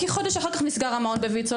כי חודש אחר כך נסגר המעון בויצ"ו,